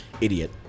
Idiot